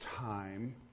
time